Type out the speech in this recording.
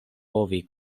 povi